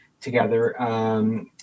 together